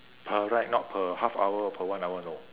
per ride not per half hour or per one hour no